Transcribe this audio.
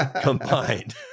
combined